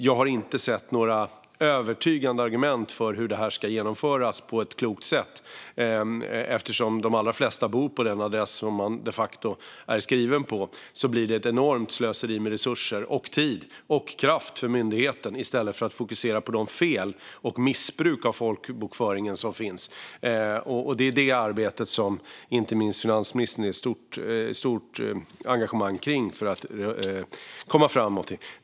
Jag har inte sett några övertygande argument för hur en sådan ska genomföras på ett klokt sätt. Eftersom de allra flesta bor på den adress man de facto är skriven på blir det ett enormt slöseri med resurser, tid och kraft för myndigheten i stället för att fokusera på de fel och det missbruk av folkbokföringen som finns. Det är det arbetet som inte minst finansministern har ett stort engagemang kring för att komma framåt.